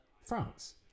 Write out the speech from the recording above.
France